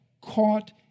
caught